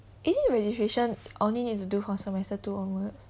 is it registration only need to do for semester two onwards